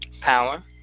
power